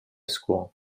school